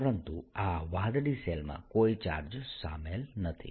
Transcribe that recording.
પરંતુ આ વાદળી શેલમાં કોઈ ચાર્જ શામેલ નથી